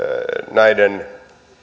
näiden